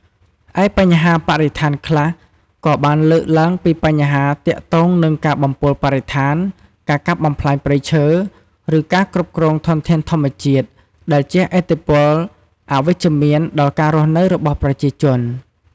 ឯបញ្ហាបរិស្ថានខ្លះក៏បានលើកឡើងពីបញ្ហាទាក់ទងនឹងការបំពុលបរិស្ថាន ការកាប់បំផ្លាញព្រៃឈើ ឬការគ្រប់គ្រងធនធានធម្មជាតិ ដែលជះឥទ្ធិពលអវិជ្ជមានដល់ការស់នៅរបស់ប្រជាជន ។